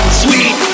sweet